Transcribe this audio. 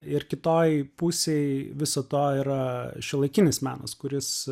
ir kitoj pusėj viso to yra šiuolaikinis menas kuris